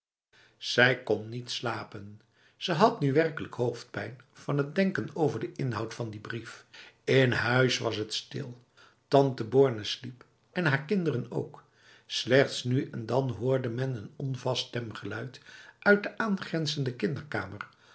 zij kon niet slapen ze had nu werkelijk hoofdpijn van het denken over de inhoud van die brief in huis was het stil tante borne sliep en haar kinderen ook slechts nu en dan hoorde men een onvast stemgeluid uit de aangrenzende kinderkamer